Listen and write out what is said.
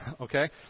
Okay